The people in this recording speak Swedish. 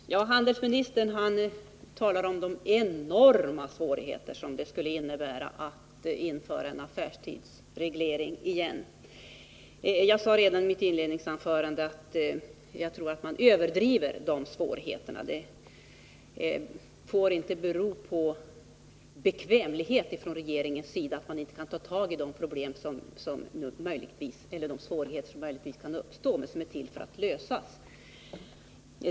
Herr talman! Handelsministern talar om de enorma svårigheter som det skulle innebära att införa en affärstidsreglering igen. Jag sade redan i mitt inledningsanförande att jag tror att man överdriver dessa svårigheter. Det får inte bero på bekvämlighet från regeringens sida att man inte tar tag i de svårigheter som möjligen kan uppstå men som är till för att övervinnas.